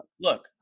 Look